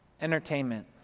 entertainment